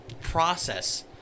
process